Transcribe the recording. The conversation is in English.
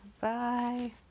bye